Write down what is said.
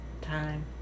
time